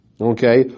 Okay